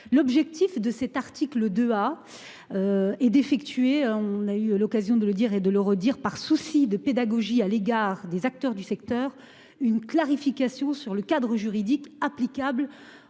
L'objectif de cet article 2 A. Et d'effectuer. On a eu l'occasion de le dire et de le redire, par souci de pédagogie à l'égard des acteurs du secteur, une clarification sur le cadre juridique applicable